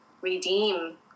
redeem